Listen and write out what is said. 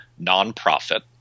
nonprofit